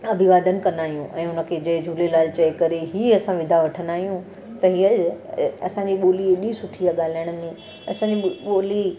अभिवादन कंदा आहियूं ऐं हुनखे जय झूलेलाल चई करे ई असां विदा वठंदा आहियूं त हीअ ई आहे असांजी ॿोली एॾी सुठी आहे ॻाल्हाइण लाइ असांजी ॿोली